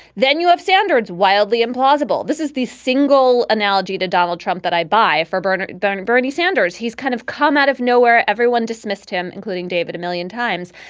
then you have standards wildly implausible. this is the single analogy to donald trump that i buy for bernie. doesn't bernie sanders. he's kind of come out of nowhere. everyone dismissed him, including david, a million times.